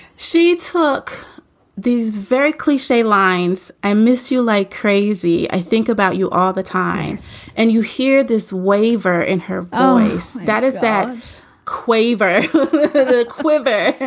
she took these very cliche lines. i miss you like crazy i think about you all the time and you hear this waver in her voice that is that quaver quiver